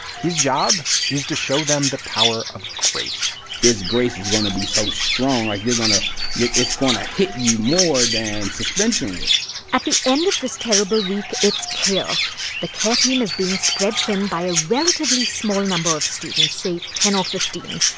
his job is to show them the power of grace this grace is going to be so strong, like, you're going to yeah it's going to hit you more than suspension would at the end of this terrible week, it's clear the care team is being spread thin by a relatively small number of students, say ten or fifteen,